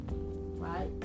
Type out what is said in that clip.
Right